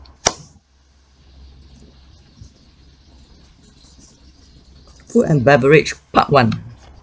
food and beverage part one